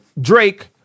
Drake